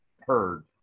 heard